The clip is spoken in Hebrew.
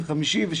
חמישי או שישי.